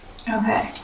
Okay